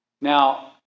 Now